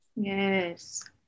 yes